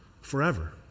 forever